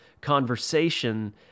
conversation